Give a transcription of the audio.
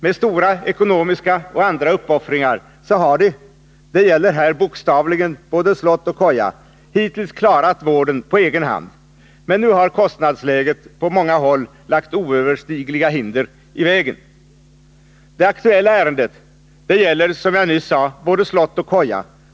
Med stora ekonomiska och andra uppoffringar har de — det gäller här bokstavligen både slott och koja — hittills klarat vården på egen hand, men nu har kostnadsläget på många håll lagt oöverstigliga hinder i vägen. Det aktuella ärendet gäller, som jag nyss sade, både slott och koja.